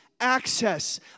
access